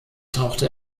tauchte